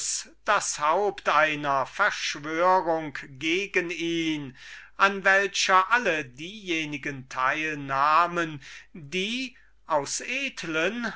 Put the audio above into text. das haupt einer konspiration gegen ihn an welcher alle diejenigen anteil nahmen die aus edlern